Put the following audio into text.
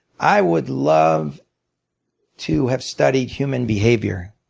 i would love to have studied human behavior.